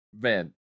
man